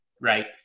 right